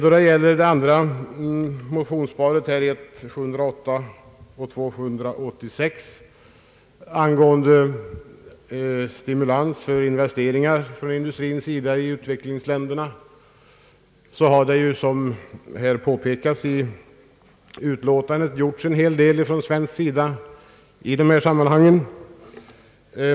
Beträffande det andra motionsparet, I: 708 och II: 787, om stimulans för industrins investeringar i utvecklingsländerna, har ju som påpekats i utlåtandet gjorts en hel del från svensk sida i dessa sammanhang.